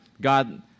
God